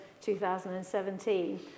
2017